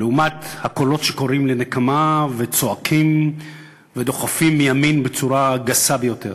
לעומת הקולות שקוראים לנקמה וצועקים ודוחפים מימין בצורה גסה ביותר.